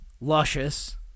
luscious